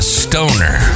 stoner